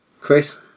Chris